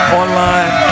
online